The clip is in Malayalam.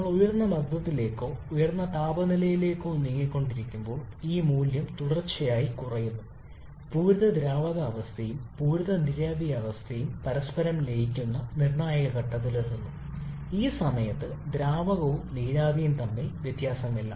നമ്മൾ ഉയർന്ന മർദ്ദത്തിലേക്കോ ഉയർന്ന താപനിലയിലേക്കോ നീങ്ങിക്കൊണ്ടിരിക്കുമ്പോൾ ഈ മൂല്യം തുടർച്ചയായി കുറയുന്നു പൂരിത ദ്രാവകാവസ്ഥയും പൂരിത നീരാവി അവസ്ഥയും പരസ്പരം ലയിക്കുന്ന നിർണായക ഘട്ടത്തിലെത്തുന്നു ഈ സമയത്ത് ദ്രാവകവും നീരാവിയും തമ്മിൽ വ്യത്യാസമില്ല